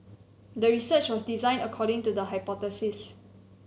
the research was designed according to the hypothesis